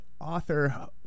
author